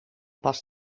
pas